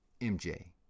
MJ